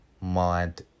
mind